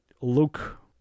look